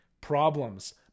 problems